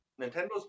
Nintendo's